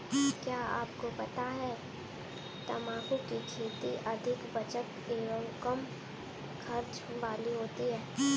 क्या आपको पता है तम्बाकू की खेती अधिक बचत एवं कम खर्च वाली खेती है?